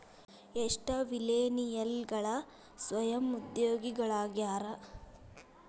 ಎಷ್ಟ ಮಿಲೇನಿಯಲ್ಗಳ ಸ್ವಯಂ ಉದ್ಯೋಗಿಗಳಾಗ್ಯಾರ